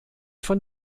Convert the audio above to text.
von